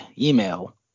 email